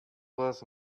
was